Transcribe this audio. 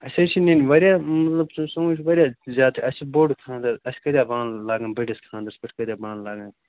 اَسہِ حظ چھِ نِنۍ واریاہ مطلب ژٕ سونٛچھ واریاہ زیادٕ چھِ اَسہِ چھِ بوٚڈ خانٛدَر اَسہِ کۭتیٛاہ بانہٕ لَگان بٔڈِس خانٛدَرَس پٮ۪ٹھ کۭتیٛاہ بانہٕ لَگان